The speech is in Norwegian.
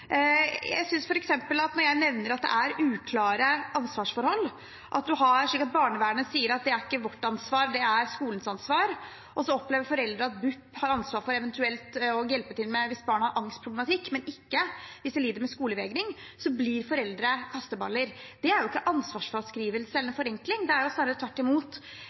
Når jeg f.eks. nevner at det er uklare ansvarsforhold – at barnevernet sier at det ikke er deres ansvar, men skolens ansvar, og at foreldre opplever at BUP har ansvar for eventuelt å hjelpe til hvis barna har angstproblematikk, men ikke hvis de lider av skolevegring, og foreldre blir kasteballer – så er ikke det ansvarsfraskrivelse eller en forenkling. Snarere tvert imot mener jeg det er